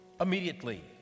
Immediately